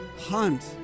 hunt